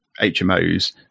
HMOs